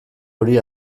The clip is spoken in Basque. hori